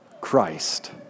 Christ